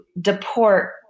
deport